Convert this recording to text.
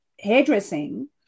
hairdressing